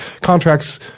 contracts